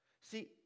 See